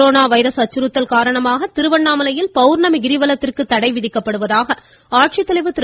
corona virus அச்சுறுத்தல் காரணமாக திருவண்ணாமலையில் பெளர்ணமி கிரிவலத்திற்கு தடை விதிக்கப்படுவதாக மாவட்ட ஆட்சித்தலைவர் திரு